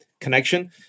connection